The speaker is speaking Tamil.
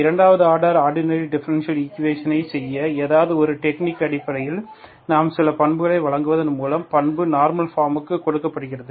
இரண்டாவது ஆர்டர் ஆடினரி டிஃபரண்ஷியல் ஈக்குவேஷன்களைச் செய்ய ஏதாவது ஒரு டெக்னிக் அடிப்படையில் நாம் சில பண்புகளை வழங்குவதன் மூலம் பண்பு நார்மல் ஃபார்முக்கு கொடுக்கப்படுகிறது